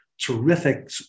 terrific